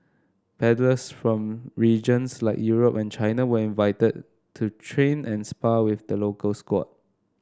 paddlers from regions like Europe and China were invited to train and spar with the local squad